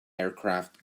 aircraft